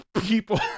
people